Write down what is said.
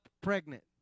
pregnant